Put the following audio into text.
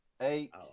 eight